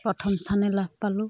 প্ৰথম স্থানে লাভ পালোঁ